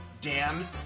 Dan